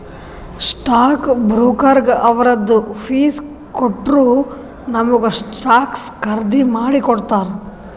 stock ಬ್ರೋಕರ್ಗ ಅವ್ರದ್ fees ಕೊಟ್ಟೂರ್ ನಮುಗ ಸ್ಟಾಕ್ಸ್ ಖರ್ದಿ ಮಾಡಿ ಕೊಡ್ತಾರ್